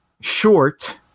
short